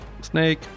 Snake